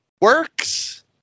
works